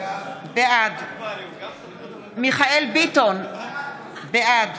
בעד מיכאל מרדכי ביטון, בעד